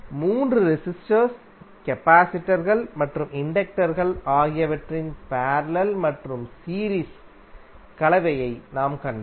மூன்று resistors capacitor கள் மற்றும் இண்டக்டர் கள் ஆகியவற்றின் பேரலல் மற்றும் சீரீஸ் கலவையை நாம் கண்டோம்